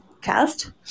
Cast